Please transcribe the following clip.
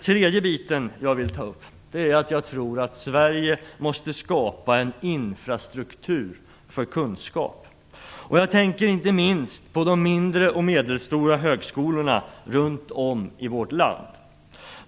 För det tredje tror jag att Sverige måste skapa en infrastruktur för kunskap. Jag tänker inte minst på de mindre och medelstora högskolorna runt om i vårt land.